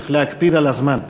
צריך להקפיד על הזמן.